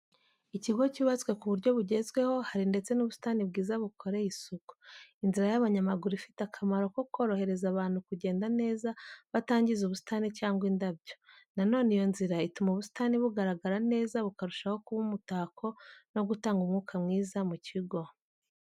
Ikigo cyubatswe ku buryo bugezweho, hari ndetse n'ubusitani bwiza bukoreye isuku. Inzira y’abanyamaguru ifite akamaro ko korohereza abantu kugenda neza batangiza ubusitani cyangwa indabyo. Nanone iyo nzira ituma ubusitani bugaragara neza bukarushaho kuba umutako no gutanga umwuka mwiza mu kigo.